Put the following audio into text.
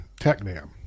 Technam